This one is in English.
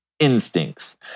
instincts